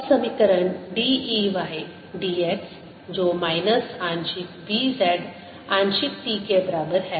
अब समीकरण d E y d x जो माइनस आंशिक B z आंशिक t के बराबर है